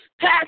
pass